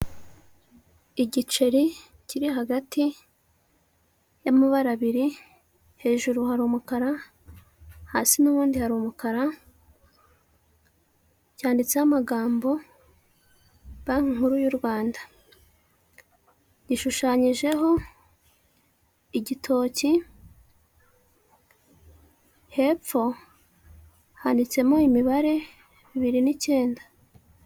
Igiceri kiri hagati y'amabara abiri, hejuru hari umukara, hasi n'ubundi hari umukara, cyanditseho amagambo banki nkuru y'u Rwanda, gishushanyijeho igitoki, hepfo handitsemo imibare bibiri n'icyenda.